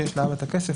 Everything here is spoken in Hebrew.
כשיש לאבא את הכסף,